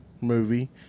movie